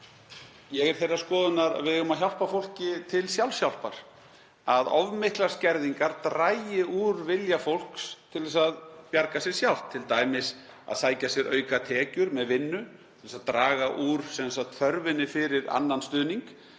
Ég er þeirrar skoðunar að við eigum að hjálpa fólki til sjálfshjálpar, að of miklar skerðingar dragi úr vilja fólks til að bjarga sér sjálft, t.d. að sækja sér aukatekjur með vinnu til að draga úr þörfinni fyrir annan stuðning.